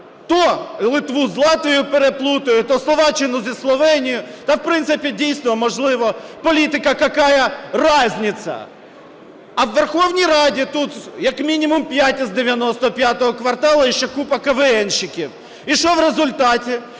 то Литву з Латвією переплутає, то Словаччину зі Словенією, та, в принципі, дійсно, можливо, політика "какая разница". А у Верховній Раді тут як мінімум 5 із "95 кварталу" і ще купа кавеенщиків. І що в результаті?